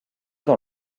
dans